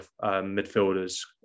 midfielders